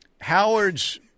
Howard's